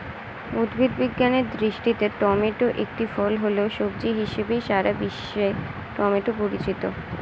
উদ্ভিদ বিজ্ঞানের দৃষ্টিতে টমেটো একটি ফল হলেও, সবজি হিসেবেই সারা বিশ্বে টমেটো পরিচিত